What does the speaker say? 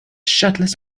shirtless